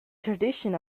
tradition